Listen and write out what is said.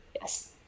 Yes